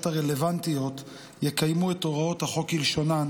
הרלוונטיות יקיימו את הוראות החוק כלשונן.